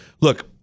Look